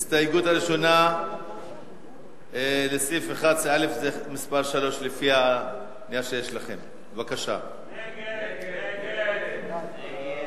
ההסתייגות לחלופין של חברי הכנסת ניצן הורוביץ ואילן גילאון לסעיף